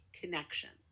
connections